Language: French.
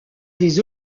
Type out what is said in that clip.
des